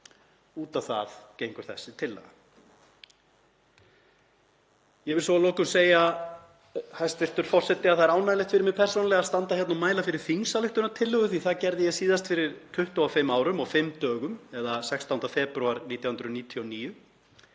Út á það gengur þessi tillaga. Ég vil svo að lokum segja, hæstv. forseti, að það er ánægjulegt fyrir mig persónulega að standa hér og mæla fyrir þingsályktunartillögu því að það gerði ég síðast fyrir 25 árum og fimm dögum eða 16. febrúar 1999.